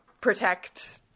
protect